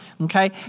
okay